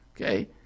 okay